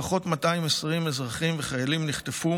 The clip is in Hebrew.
לפחות 220 אזרחים וחיילים נחטפו